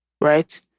right